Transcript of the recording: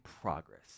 progress